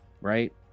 right